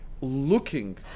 looking